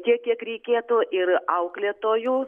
tiek kiek reikėtų ir auklėtojų